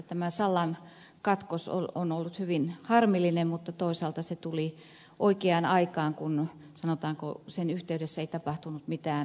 tämä sallan katkos on ollut hyvin harmillinen mutta toisaalta se tuli oikeaan aikaan kun sanotaanko sen yhteydessä ei tapahtunut mitään pahempaa